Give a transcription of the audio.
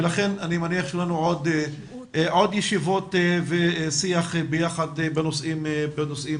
ולכן אני מניח שיהיו לנו עוד ישיבות ושיח ביחד בנושאים הללו.